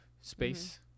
space